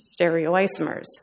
stereoisomers